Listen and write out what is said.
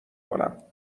کنم